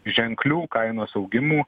ženklių kainos augimų